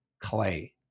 clay